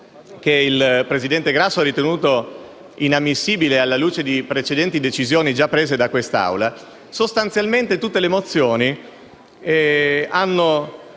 che il presidente Grasso ha ritenuto inammissibile alla luce di precedenti decisioni già assunte da questa Assemblea, sostanzialmente tutte le mozioni hanno